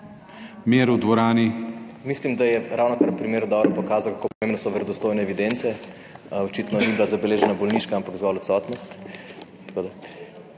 MDDSZEM):** Mislim, da je ravnokar primer dobro pokazal, kako pomembne so verodostojne evidence. Očitno ni bila zabeležena bolniška, ampak zgolj odsotnost.